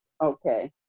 Okay